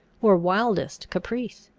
or wildest caprice.